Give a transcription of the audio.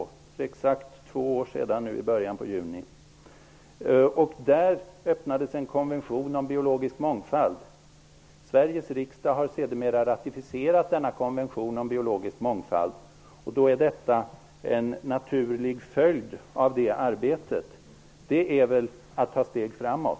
Det är exakt två år sedan nu i början av juni. Där öppnades en konvention om biologisk mångfald. Sveriges riksdag har sedermera ratificerat denna konvention om biologisk mångfald. Detta är en naturlig följd av det arbetet. Det är väl att steg framåt?